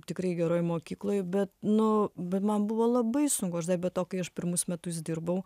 tikrai geroj mokykloj bet nu bet man buvo labai sunku aš dar be to kai aš pirmus metus dirbau